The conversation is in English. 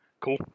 Cool